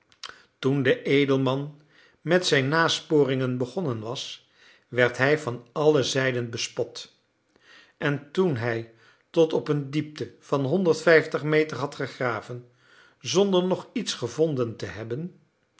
toen de edelman met zijn nasporingen begonnen was werd hij van alle zijden bespot en toen hij tot op een diepte van honderd vijftig meter had gegraven zonder nog iets gevonden te hebben